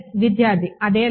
విద్యార్థి అదే లైన్